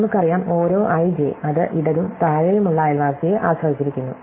നമുക്കറിയാം ഓരോ i j അത് ഇടതും താഴെയുമുള്ള അയൽവാസിയെ ആശ്രയിച്ചിരിക്കുന്നു